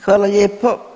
Hvala lijepo.